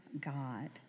God